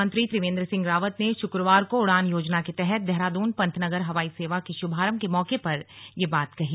मुख्यमंत्री त्रिवेन्द्र सिंह रावत ने शुक्रवार को उड़ान योजना के तहत देहरादून पंतनगर हवाई सेवा के शुभारंभ के मौके पर ये बात कही